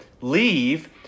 leave